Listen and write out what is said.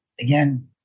again